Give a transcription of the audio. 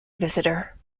visitor